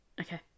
Okay